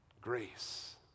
grace